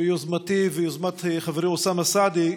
ביוזמתי וביוזמת חברי אוסאמה סעדי,